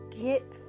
get